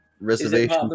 reservation